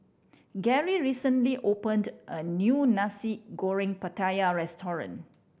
Gerry recently opened a new Nasi Goreng Pattaya restaurant